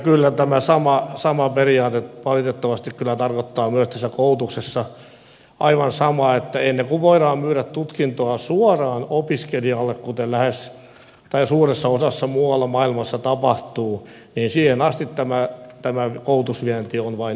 kyllä tämä sama periaate valitettavasti tarkoittaa myös tässä koulutuksessa aivan samaa että ennen kuin voidaan myydä tutkintoa suoraan opiskelijalle kuten suuressa osassa muualla maailmassa tapahtuu niin siihen asti tämä koulutusvienti on vain näpertelyä